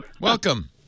Welcome